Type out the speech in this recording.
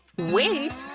wait!